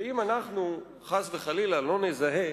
ואם אנחנו חס וחלילה לא נזהה,